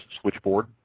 switchboard